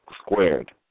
squared